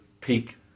peak